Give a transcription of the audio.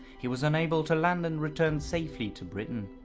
he was unable to land and returned safely to britain.